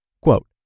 Quote